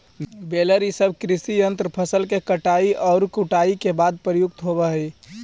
baler इ सब कृषि यन्त्र फसल के कटाई औउर कुटाई के बाद प्रयुक्त होवऽ हई